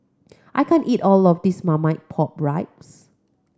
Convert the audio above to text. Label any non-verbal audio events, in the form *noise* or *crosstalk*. I can't eat all of this marmite pork *unintelligible*